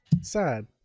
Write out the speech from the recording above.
sad